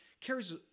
carries